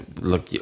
look